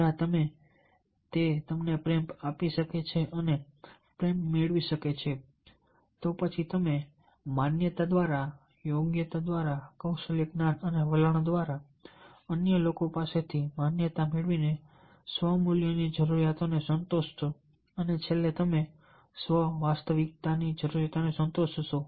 જ્યાં તે પ્રેમ આપી શકે છે અને પ્રેમ મેળવી શકે છે તો પછી તમે માન્યતા દ્વારા યોગ્યતા દ્વારા કૌશલ્ય જ્ઞાન અને વલણ દ્વારા અને અન્ય લોકો પાસેથી માન્યતા મેળવીને સ્વ મૂલ્યની જરૂરિયાતોને સંતોષશો અને છેલ્લે તમે સ્વ વાસ્તવિકતા ની જરૂરિયાતોને સંતોષશો